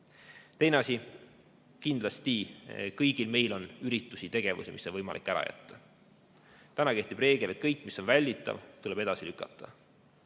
Teine asi. Kindlasti on kõigil meil üritusi ja tegevusi, mida on võimalik ära jätta. Täna kehtib reegel, et kõik, mis on võimalik, tuleb edasi lükata,